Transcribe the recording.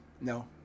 no